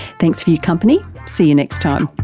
thanks for your company, see you next time